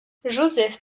joseph